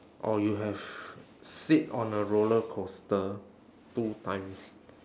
or you have sit on a rollercoaster two times